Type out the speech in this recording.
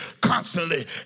constantly